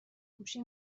گوشی